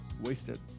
Wasted